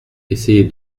essayez